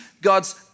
God's